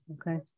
okay